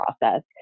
process